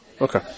okay